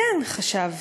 // 'כן', חשב,